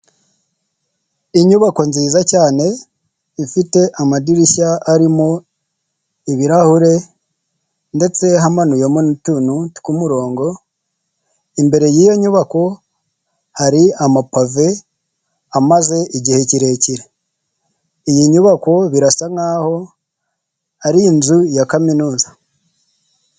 Inyubako nziza cyane ifite amadirishya arimo ibirahure ndetse hamanuwemo n'utuntu tw kumurongo, imbere y'iyo nyubako hari amapave amaze igihe kirekire. Iyi nyubako birasa nk'aho ari inzu ya kaminuza.